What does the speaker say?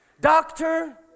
doctor